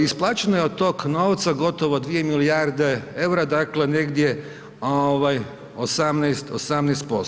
Isplaćeno je od tog novca gotovo 2 milijarde eura, dakle negdje 18%